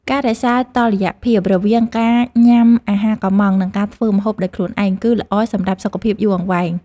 ការរក្សាតុល្យភាពរវាងការញ៉ាំអាហារកុម្ម៉ង់ និងការធ្វើម្ហូបដោយខ្លួនឯង គឺល្អសម្រាប់សុខភាពយូរអង្វែង។